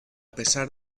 pesar